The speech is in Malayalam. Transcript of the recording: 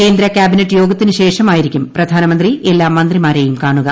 കേന്ദ്ര ക്യാബിനറ്റ് യോഗത്തിന് ശേഷമായിരിക്കും പ്രധാനമന്ത്രി എല്ലാ മന്ത്രിമാരേയും കാണുക